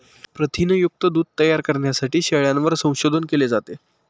प्रथिनयुक्त दूध तयार करण्यासाठी शेळ्यांवर संशोधन केले जाते